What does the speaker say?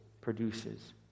produces